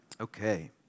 okay